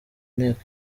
nteko